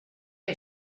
que